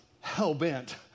hell-bent